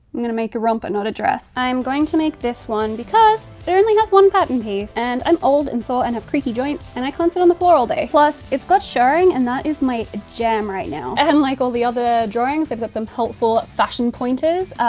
i'm gonna make a romper, not a dress. i am going to make this one, because there only has one pattern piece. and i'm old, and sore and have creaky joints and i can't sit on the floor all day. plus, it's got shirring and that is my jam right now. and like all the other drawings, they've got some helpful fashion pointers.